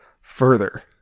further